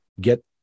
get